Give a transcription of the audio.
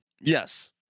Yes